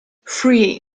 free